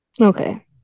okay